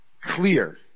clear